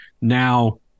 now